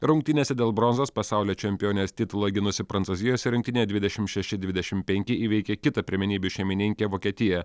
rungtynėse dėl bronzos pasaulio čempionės titulą gynusi prancūzijos rinktinė dvidešimt šeši dvidešimt penki įveikė kitą pirmenybių šeimininkę vokietiją